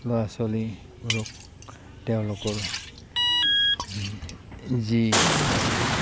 ল'ৰা ছোৱালীবোৰক তেওঁলোকৰ যি